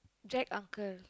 Jack uncle